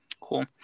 Cool